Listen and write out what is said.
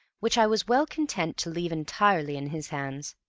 which i was well content to leave entirely in his hands.